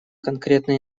конкретная